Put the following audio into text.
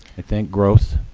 i think, growth.